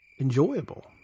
enjoyable